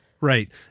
Right